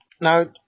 Now